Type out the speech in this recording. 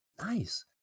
Nice